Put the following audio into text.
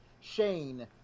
Shane